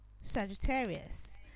Sagittarius